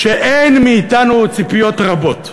שאין מאתנו ציפיות רבות.